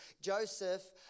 Joseph